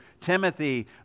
Timothy